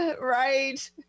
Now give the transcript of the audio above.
right